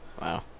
Wow